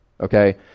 okay